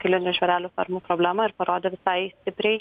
kailinių žvėrelių fermų problemą ir parodė visai stipriai